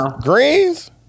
Greens